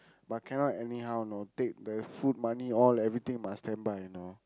but cannot anyhow you know take the food money all everything must standby you know